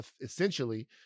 essentially